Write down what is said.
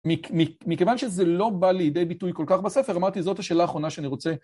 מכיוון שזה לא בא לידי ביטוי כל כך בספר, אמרתי זאת השאלה האחרונה שאני רוצה...